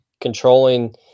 controlling